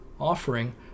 offering